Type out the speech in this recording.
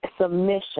submission